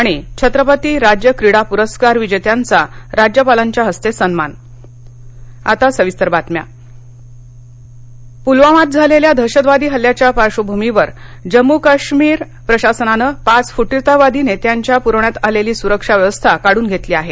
शिवछत्रपती राज्य क्रीडा पुरस्कार विजेत्यांचा राज्यपालांच्या हस्ते सन्मान फटीरवादी सरक्षा पुलवामात झालेल्या दहशतवादी हल्ल्याच्या पार्श्वभूमीवर जम्मू आणि काश्मीर प्रशासनानं पाच फुटीरतावादी नेत्यांना प्रवण्यात आलेली सुरक्षा व्यवस्था काढून घेतली आहे